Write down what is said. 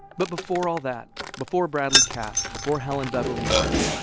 but before all that before bradley capps, before helen beverly martin,